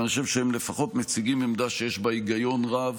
אני חושב שהם לפחות מציגים עמדה שיש בה היגיון רב,